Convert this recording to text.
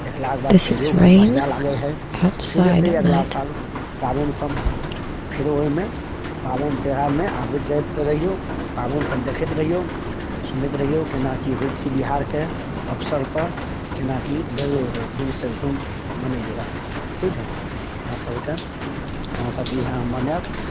देखलाके बाद कहिऔ खूब बढ़िआँ लागै हइ फेर अएतै अगिला साल पाबनिसब फेरो ओहिमे पाबनि तेहारमे आबैत जाइत रहिऔ पाबनिसब देखैत रहिऔ सुनैत रहिऔ कोना कि होइ छै बिहारके अवसरपर कोना कि बेजोड़ धूमसे धूम मनैऔ ठीक हइ अहाँसभकेँ अहाँसभकेँ इएह हम मनाएब